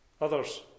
others